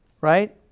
Right